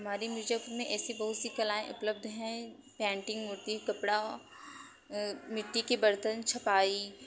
हमारी मिर्जापुर में ऐसी बहुत सी कलाएं उपलब्ध हैं पेंटिंग मूर्ति कपड़ा अ मिट्टी के बर्तन छपाई